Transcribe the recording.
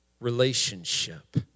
relationship